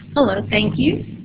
hello. thank you.